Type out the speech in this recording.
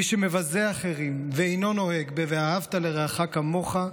מי שמבזה אחרים ואינו נוהג ב"ואהבת לרעך כמוך",